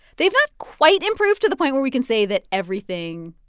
they've not quite improved to the point where we can say that everything,